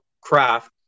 craft